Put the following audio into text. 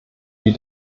die